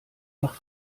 nach